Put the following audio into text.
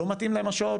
שלא מתאים להם השעות,